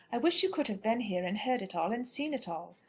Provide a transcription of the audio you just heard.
i wish you could have been here and heard it all, and seen it all.